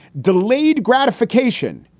delayed gratification.